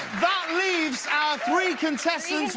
that leaves our three contestants,